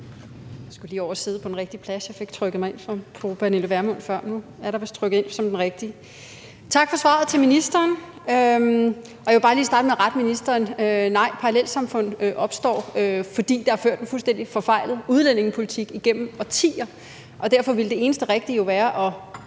Jeg skulle lige over at sidde på den rigtige plads. Jeg fik trykket mig ind fra fru Pernille Vermunds plads før. Nu har jeg vist trykket mig ind som den rigtige. Tak for svaret til ministeren. Jeg vil bare lige starte med at rette ministeren. Nej, parallelsamfund opstår, fordi der er ført en fuldstændig forfejlet udlændingepolitik igennem årtier, og derfor ville det eneste rigtige jo være at